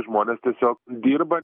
žmonės tiesiog dirba